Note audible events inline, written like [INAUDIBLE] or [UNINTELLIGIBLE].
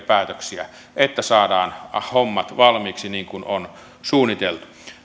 [UNINTELLIGIBLE] päätöksiä että saadaan hommat valmiiksi niin kuin on suunniteltu